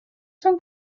son